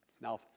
Now